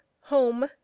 home